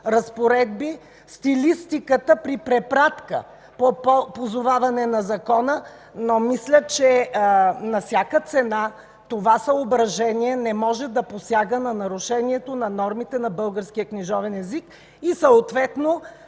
разпоредби стилистиката при препратка по позоваване на закона, но мисля, че на всяка цена това съображение не може да посяга на нарушението на нормите на българския книжовен език и съответно